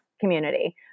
community